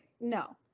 no